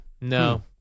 No